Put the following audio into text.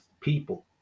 people